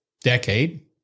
decade